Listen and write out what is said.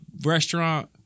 restaurant